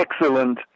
excellent